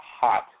hot